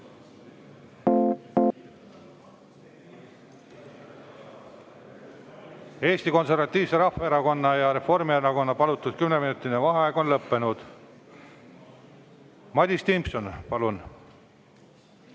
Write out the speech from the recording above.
Eesti Konservatiivse Rahvaerakonna ja Reformierakonna palutud kümneminutiline vaheaeg on lõppenud. Madis Timpson, palun!